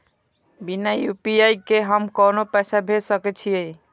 बिना यू.पी.आई के हम ककरो पैसा भेज सके छिए?